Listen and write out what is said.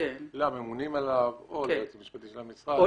לממונים עליו או ליועץ המשפטי של המשרד.